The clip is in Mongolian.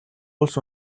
улс